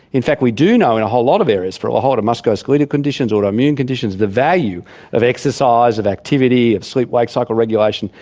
in fact we do know in a whole lot of areas for a whole lot of musculoskeletal conditions, autoimmune conditions, the value of exercise, of activity, of sleep wake cycle regulation,